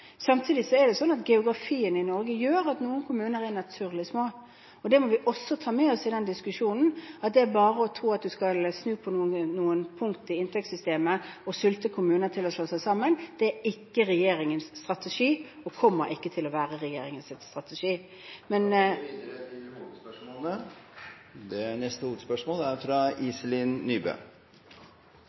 Samtidig er det slik at geografien i Norge gjør at det er naturlig at noen kommuner er små. Vi må også ta med oss i denne diskusjonen at det er ikke bare å tro at en kan snu på noen punkt i inntektssystemet og sulte kommuner til å slå seg sammen. Det er ikke regjeringens strategi – og det kommer ikke til å være regjeringens strategi. Vi går videre til neste hovedspørsmål. Jeg vil fortsette å følge opp det